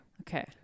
Okay